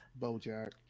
BoJack